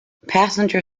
passenger